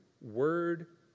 word